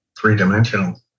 three-dimensional